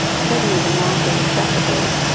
suddenly the mass was accessible,